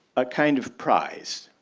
a kind of prize.